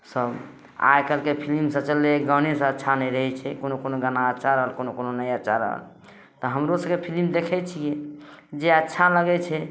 सब आ आइकाल्हिके फिलिम सब चललै गने सब अच्छा नहि रहै छै कोनो कोनो गाना अच्छा रहल कोनो कोनो नहि अच्छा रहल तऽ हमरो सबके फिलिम देखै छियै जे अच्छा लगै छै